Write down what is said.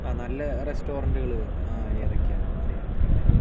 ആ നല്ല റസ്റ്റോറൻറ്റുകൾ ഏതൊക്കെയാണെന്ന് അറിയാൻ വേണ്ടിയിട്ടായിരുന്നു